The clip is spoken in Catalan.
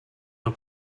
del